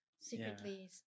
secretly